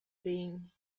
being